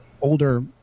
older